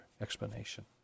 explanation